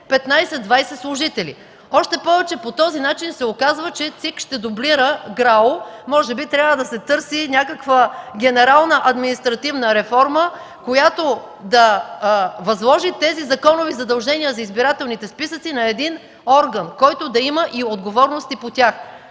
15-20 служители. Още повече по този начин се оказва, че ЦИК ще дублира ГРАО. Може би трябва да се търси някаква генерална административна реформа, която да възложи законовите задължения за избирателните списъци на един орган, който да има и отговорности по тях.